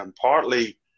partly